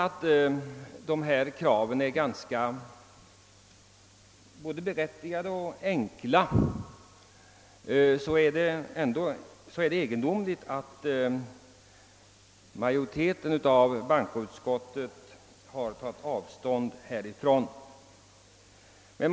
Då dessa krav är både berättigade och enkla är det egendomligt att bankoutskottets majoritet tagit avstånd från dem.